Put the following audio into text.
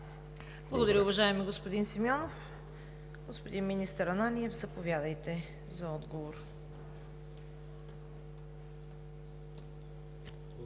Благодаря, уважаеми господин Симеонов. Господин министър Ананиев, заповядайте за отговор. МИНИСТЪР